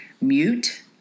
mute